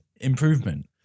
improvement